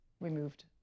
removed